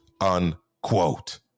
unquote